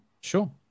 sure